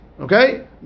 Okay